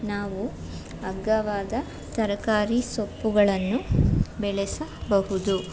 ನಾವು ಅಗ್ಗವಾದ ತರಕಾರಿ ಸೊಪ್ಪುಗಳನ್ನು ಬೆಳೆಸಬಹುದು